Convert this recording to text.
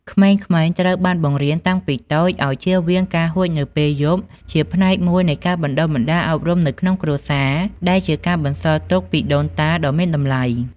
ក្មេងៗត្រូវបានបង្រៀនតាំងពីតូចឲ្យជៀសវាងការហួចនៅពេលយប់ ជាផ្នែកមួយនៃការបណ្ដុះបណ្ដាលអប់រំនៅក្នុងគ្រួសារ ដែលជាការបន្សល់ទុកពីដូនតាដ៏មានតម្លៃ។